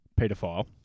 pedophile